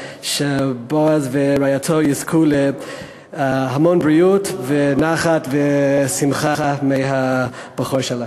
שבועז ורעייתו יזכו להמון בריאות ונחת ושמחה מהבכור שלהם.